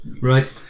right